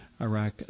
Iraq